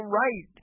right